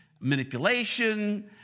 manipulation